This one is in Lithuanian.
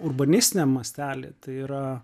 urbanistiniam mastely tai yra